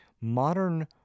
modern